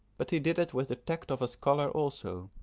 but he did it with the tact of a scholar also.